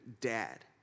dad